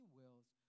wills